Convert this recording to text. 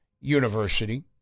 University